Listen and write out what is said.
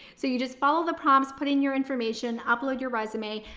so you just follow the prompts, putting your information, upload your resume,